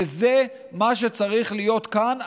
וזה מה שצריך להיות כאן.